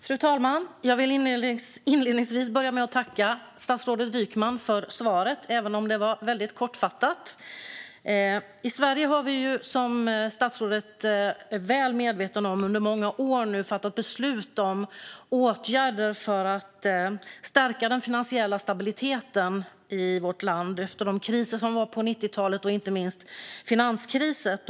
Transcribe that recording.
Fru talman! Jag vill börja med att tacka statsrådet Wykman för svaret, även om det var väldigt kortfattat. I Sverige har vi, som statsrådet är väl medveten om, under många år fattat beslut om åtgärder för att stärka den finansiella stabiliteten i vårt land efter 90-talets kriser, inte minst finanskrisen.